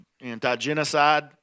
anti-genocide